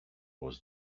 was